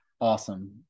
awesome